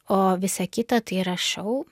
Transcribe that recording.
o visa kita tai yra šou